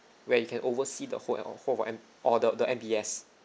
where you can oversee the whole eh orh whole of M orh the the M_B_S